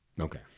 Okay